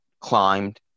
climbed